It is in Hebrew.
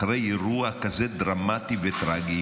אחרי אירוע כזה דרמטי וטרגי,